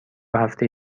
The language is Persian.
هفته